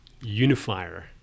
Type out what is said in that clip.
Unifier